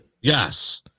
Yes